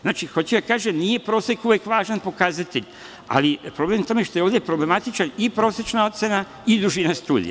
Znači, hoću da kažem, nije prosek uvek važan pokazatelj, ali problem je u tome što je ovde problematična i prosečna ocena i dužina studija.